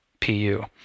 PU